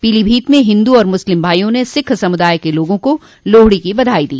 पीलीभीत में हिन्दू और मुस्लिम भाइयों ने सिख समुदाय के लोगों को लोहड़ी की बधाई दी